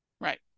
Right